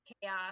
chaos